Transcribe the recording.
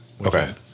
Okay